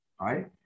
right